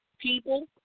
People